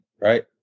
right